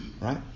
Right